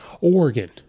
Oregon